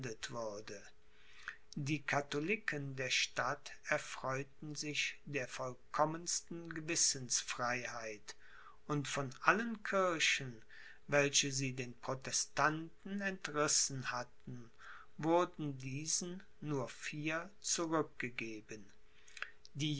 die katholiken der stadt erfreuten sich der vollkommensten gewissensfreiheit und von allen kirchen welche sie den protestanten entrissen hatten wurden diesen nur vier zurückgegeben